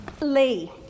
Lee